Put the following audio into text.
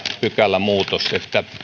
pykälämuutos että